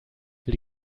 will